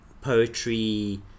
poetry